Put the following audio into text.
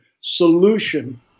solution